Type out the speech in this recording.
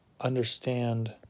understand